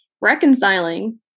reconciling